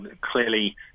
clearly